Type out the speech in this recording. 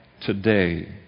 today